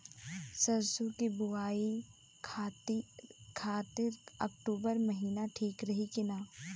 सरसों की बुवाई खाती अक्टूबर महीना ठीक रही की ना?